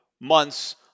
months